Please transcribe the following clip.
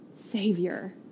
Savior